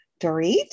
Dorit